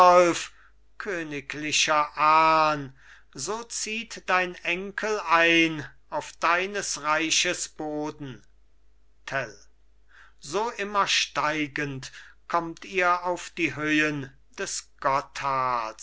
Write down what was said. ahn so zieht dein enkel ein auf deines reiches boden tell so immer steigend kommt ihr auf die höhen des